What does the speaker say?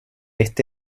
este